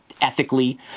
ethically